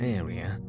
area